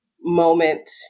moment